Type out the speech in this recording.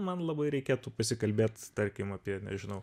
man labai reikėtų pasikalbėt tarkim apie nežinau